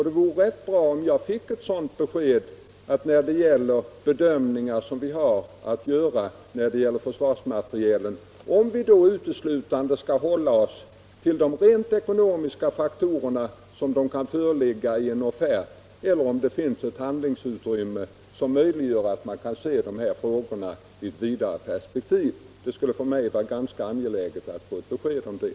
Det vore rätt bra om jag fick besked om huruvida vi när det gäller bedömningar beträffande försvarsmaterialet uteslutande skall hålla oss till de rent ekonomiska faktorerna - såsom de föreligger i en offert — eller om det finns något handlingsutrymme som gör det möjligt att se de här frågorna i ett vidare perspektiv. Det skulle vara ganska angeläget för mig att få besked om det.